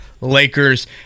lakers